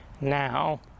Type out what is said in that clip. now